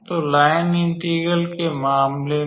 तो line integral के मामले में